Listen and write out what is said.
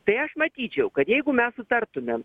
tai aš matyčiau kad jeigu mes sutartumėm